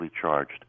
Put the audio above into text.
charged